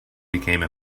became